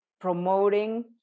promoting